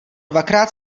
dvakrát